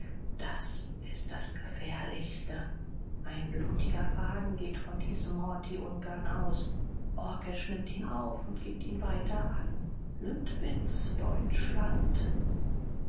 das ist das gefährlichste ein blutiger faden geht von diesem horthy-ungarn aus orgesch nimmt ihn auf und gibt ihn weiter an